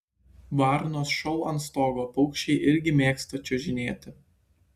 varnos šou ant stogo paukščiai irgi mėgsta čiuožinėti